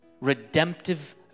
redemptive